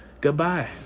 goodbye